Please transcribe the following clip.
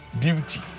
beauty